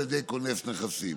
על ידי כונס נכסים.